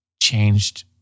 changed